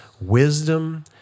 wisdom